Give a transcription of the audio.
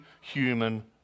human